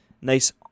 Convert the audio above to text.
nice